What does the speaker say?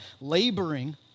laboring